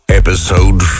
episode